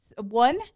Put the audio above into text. one